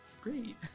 great